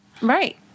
Right